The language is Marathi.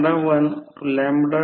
01 अर्धा आहे तर 0